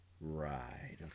Right